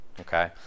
Okay